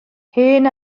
hen